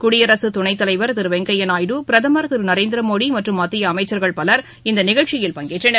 குடியரசு துணைத்தலைவர் வெங்கையா பிரதமர் நாயுடு திரு திரு நரேந்திரமோடி மற்றும் மத்திய அமைச்சர்கள் பலர் இந்த நிகழ்ச்சியில் பங்கேற்றனர்